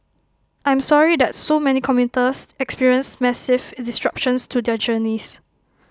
I'm sorry that so many commuters experienced massive disruptions to their journeys